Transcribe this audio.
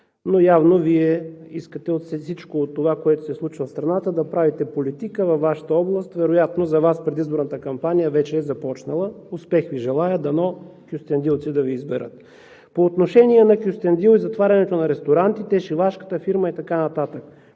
но явно Вие искате от всичко това, което се случва в страната, да правите политика във Вашата област. Вероятно за Вас предизборната кампания вече е започнала. Успех Ви желая! Дано кюстендилци да Ви изберат. По отношение на Кюстендил и затварянето на ресторантите, шивашката фирма и така нататък.